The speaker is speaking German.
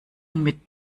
mit